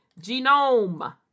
genome